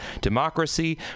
democracy